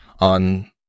on